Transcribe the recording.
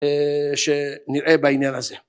שנראה בעניין הזה